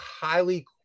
Highly